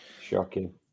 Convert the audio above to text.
shocking